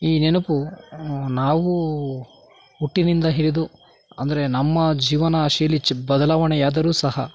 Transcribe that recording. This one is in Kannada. ಈ ನೆನಪು ನಾವು ಹುಟ್ಟಿನಿಂದ ಹಿಡಿದು ಅಂದರೆ ನಮ್ಮ ಜೀವನಶೈಲಿ ಚೆ ಬದಲಾವಣೆಯಾದರೂ ಸಹ